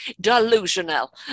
delusional